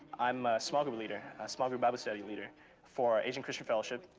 i'm a small group leader a small group bible study leader for asian christian fellowship.